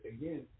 again